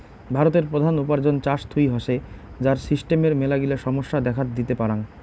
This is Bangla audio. ভারতের প্রধান উপার্জন চাষ থুই হসে, যার সিস্টেমের মেলাগিলা সমস্যা দেখাত দিতে পারাং